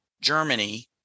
Germany